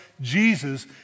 Jesus